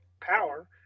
power